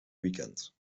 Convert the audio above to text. weekend